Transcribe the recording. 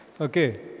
Okay